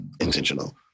intentional